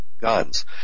guns